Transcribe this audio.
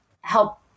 help